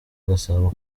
gasabo